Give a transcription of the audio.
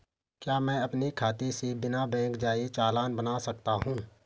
क्या मैं अपने खाते से बिना बैंक जाए चालान बना सकता हूँ?